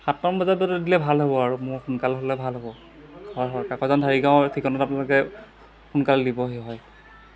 সাতটামান বজাত দিলে ভাল হ'ব আৰু মোৰ সোনকাল হ'লে ভাল হ'ব হয় হয় কাকজন ঢাৰিগাঁৱৰ ঠিকনাত আপোনালোকে সোনকাল দিবহি হয়